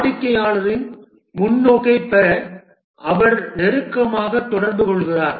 வாடிக்கையாளரின் முன்னோக்கைப் பெற அவர் நெருக்கமாக தொடர்பு கொள்கிறார்